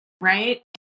right